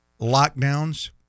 lockdowns